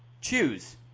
choose